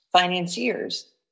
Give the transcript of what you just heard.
financiers